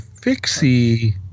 fixie